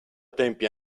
tempi